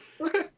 Okay